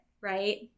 right